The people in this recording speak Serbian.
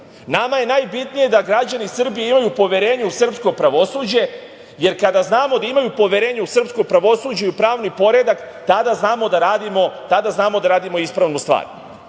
Nama je najbitnije da građani Srbije imaju poverenja u srpsko pravosuđe, jer kada znamo da imaju poverenja u srpsko pravosuđe i u pravni poredak, tada znamo da radimo ispravnu stvar.